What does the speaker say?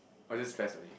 orh just stress only